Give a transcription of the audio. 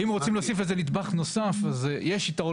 אם רוצים להוסיף איזה נדבך נוסף אז יש יתרון